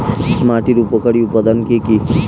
মাটির উপকারী উপাদান কি কি?